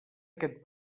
aquest